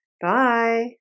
Bye